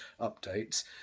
updates